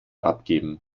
abgeben